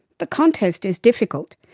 the contest is difficult,